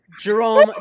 Jerome